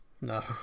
No